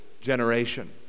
Generation